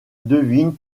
devine